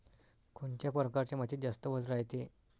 कोनच्या परकारच्या मातीत जास्त वल रायते?